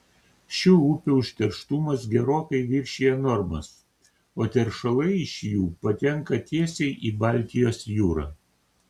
šių upių užterštumas gerokai viršija normas o teršalai iš jų patenka tiesiai į baltijos jūrą